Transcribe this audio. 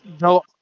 No